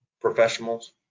professionals